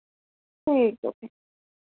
ठीक ऐ